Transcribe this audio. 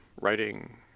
writing